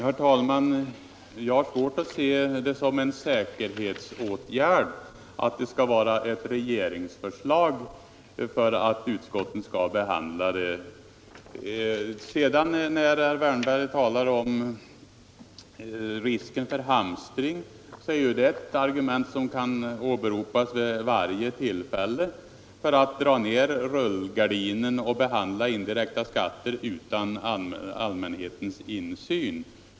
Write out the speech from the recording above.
Herr talman! Jag har svårt att se det som en säkerhetsåtgärd att initiativet skall tas i form av ett regeringsförslag. Och när herr Wärnberg talar om risken för hamstring, så är det ju ett argument som kan åberopas vid varje tillfälle för att dra ner rullgardinen och behandla indirekta skatter utan allmänhetens insyn.